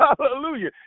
hallelujah